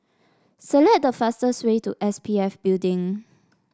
select the fastest way to S P F Building